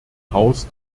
haus